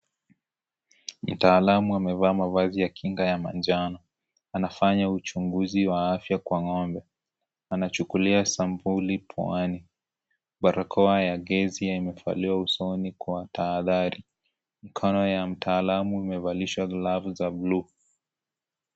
Mtaalam amevaa mavazi ya kinga ya manjano. Anafanya uchunguzi wa afya kwa ng'ombe. Anachukulia sampuli puani. Barakoa ya gesi imevalia usoni kwa tahadhari. Mkono wa mtaalamu umevalishwa glovu za buluu.